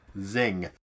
Zing